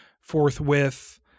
forthwith